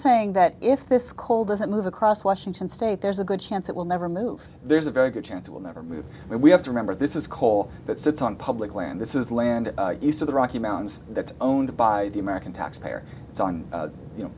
saying that if this coal doesn't move across washington state there's a good chance it will never move there's a very good chance it will never move and we have to remember this is coal that sits on public land this is land east of the rocky mountains that's owned by the american taxpayer it's on you know